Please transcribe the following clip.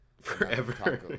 Forever